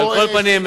על כל פנים,